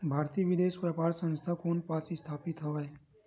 भारतीय विदेश व्यापार संस्था कोन पास स्थापित हवएं?